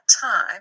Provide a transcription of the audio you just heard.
time